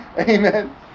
Amen